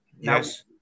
yes